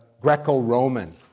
Greco-Roman